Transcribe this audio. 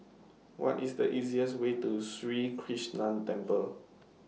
What IS The easiest Way to Sri Krishnan Temple